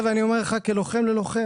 ואני אומר לך כלוחם ללוחם,